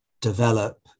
develop